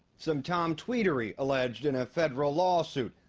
some tomtweetery alleged in a federal lawsuit.